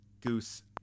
goose